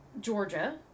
Georgia